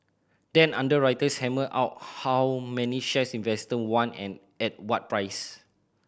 then underwriters hammer out how many shares investor want and at what price